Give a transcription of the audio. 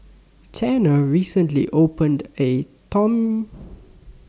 Tanner recently opened A Tom